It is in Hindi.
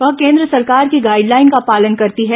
वह केन्द्र सरकार की गाइडलाइन का पालन करती है